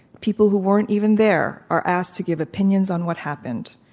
people who weren't even there are asked to give opinions on what happened.